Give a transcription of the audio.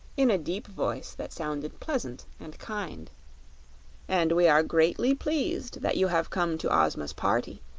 in a deep voice that sounded pleasant and kind and we are greatly pleased that you have come to ozma's party.